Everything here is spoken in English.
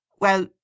Well